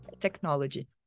technology